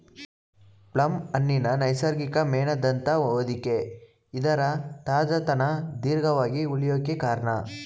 plum ಹಣ್ಣಿನ ನೈಸರ್ಗಿಕ ಮೇಣದಂಥ ಹೊದಿಕೆ ಇದರ ತಾಜಾತನ ದೀರ್ಘವಾಗಿ ಉಳ್ಯೋಕೆ ಕಾರ್ಣ